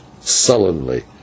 sullenly